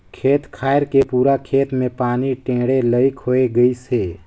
खेत खायर के पूरा खेत मे पानी टेंड़े लईक होए गइसे